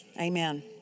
Amen